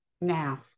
Now